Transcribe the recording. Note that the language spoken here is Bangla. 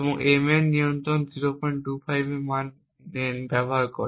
তাই এটি A এর নিয়ন্ত্রণ হিসাবে 025 এর মান ব্যবহার করে